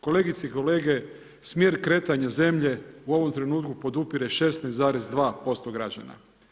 Kolegice i kolege, smjer kretanja zemlje u ovom trenutku podupire 16,2% građana.